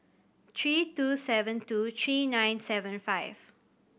three two seven two three nine seven five